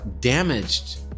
damaged